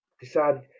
decided